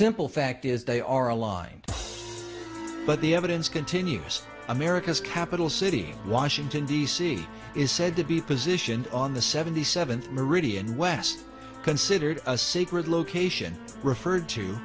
simple fact is they are aligned but the evidence continues america's capital city washington d c is said to be positioned on the seventy seventh meridian west considered a secret location referred to